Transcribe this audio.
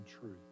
truth